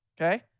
okay